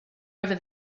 over